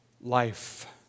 life